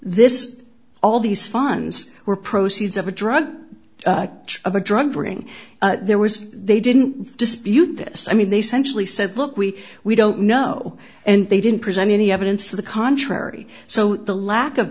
this is all these fines were proceeds of a drug of a drug ring there was they didn't dispute this i mean they centrally said look we we don't know and they didn't present any evidence to the contrary so the lack of